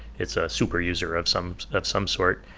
it's a super user of some of some sort.